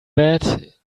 bed